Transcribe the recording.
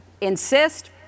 insist